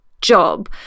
job